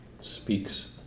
speaks